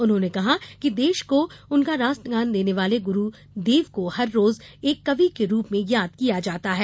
उन्होंने कहा कि देश को उसका राष्ट्रगान देने वाले ग्रूदेव को हर रोज एक कवि के रूप में याद किया जाता है